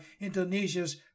Indonesia's